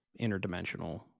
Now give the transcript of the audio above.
interdimensional